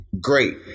great